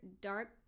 dark